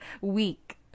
week